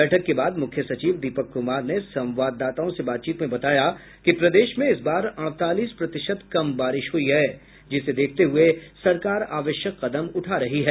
बैठक के बाद मुख्य सचिव दीपक कुमार ने संवाददाताओं से बातचीत में बताया कि प्रदेश में इस बार अड़तालीस प्रतिशत कम बारिश हुई है जिसे देखते हुए सरकार आवश्यक कदम उठा रही है